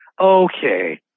okay